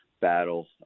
battle